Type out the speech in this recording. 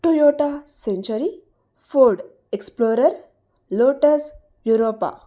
Toyota century ford explorer lotus europa